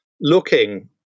looking